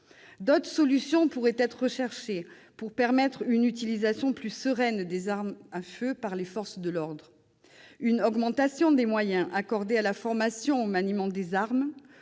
D'autres solutions pourraient être recherchées pour permettre une utilisation plus sereine des armes à feu par les forces de l'ordre : une augmentation des moyens accordés à la formation au maniement des armes